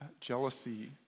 jealousy